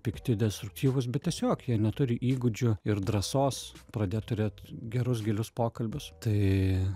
pikti destruktyvūs bet tiesiog jie neturi įgūdžių ir drąsos pradėt turėt gerus gilius pokalbius tai